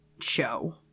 show